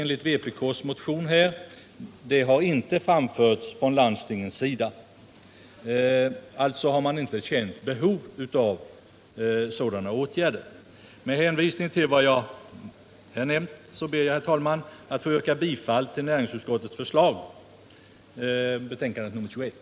enligt vpk:s motion har inte framförts från landstingens sida. Alltså har man inte känt behov av sådana åtgärder. Med hänvisning till vad jag nämnt ber jag, herr talman, att få yrka bifall till näringsutskottets hemställan i betänkandet nr 21.